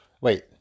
Wait